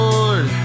Lord